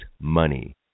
money